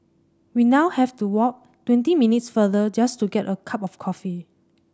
we now have to walk twenty minutes further just to get a cup of coffee